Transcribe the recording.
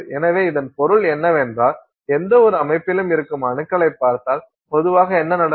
எனவே இதன் பொருள் என்னவென்றால் எந்தவொரு அமைப்பிலும் இருக்கும் அணுக்களைப் பார்த்தால் பொதுவாக என்ன நடக்கும்